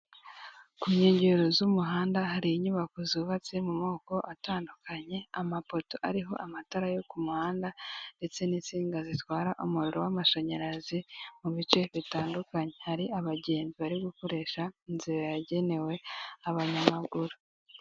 Ku nkengero z'umuhanda hari inyubako zubatse mu moko atandukanye amapoto ariho amatara yo ku muhanda ndetse n'isinga zitwara umuriro w'amashanyarazi mu bice bitandukanye hari abagenzi bari gukoresha inzira yagenewe abanyamaguru .